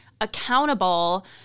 accountable